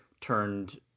turned